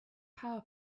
power